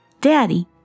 Daddy